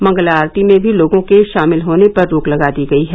मंगला आरती में भी लोगों के शामिल होने पर रोक लगा दी गई है